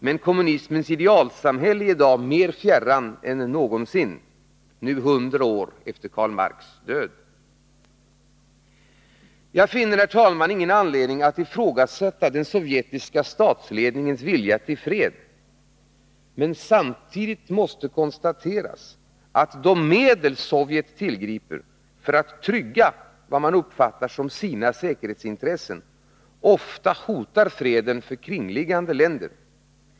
Men kommunismens idealsamhälle är i dag mer fjärran än någonsin — nu hundra år efter Karl Marx död. Jag finner, herr talman, ingen anledning att ifrågasätta den sovjetiska statsledningens vilja till fred. Men samtidigt måste konstateras att de medel Sovjet tillgriper för att trygga vad man uppfattar som sina säkerhetsintressen, ofta hotar freden för kringliggande länder.